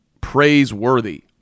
praiseworthy